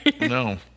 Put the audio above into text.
no